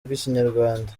rw’ikinyarwanda